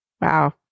Wow